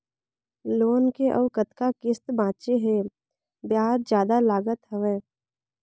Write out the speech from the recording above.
Loan के अउ कतका किस्त बांचें हे? ब्याज जादा लागत हवय,